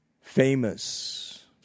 famous